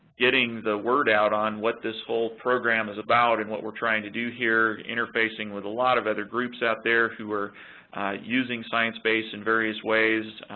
getting the word out on what this whole program is about and what we're trying to do here, interfacing with a lot of other groups out there, who are using sciencebase in various ways,